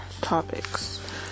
topics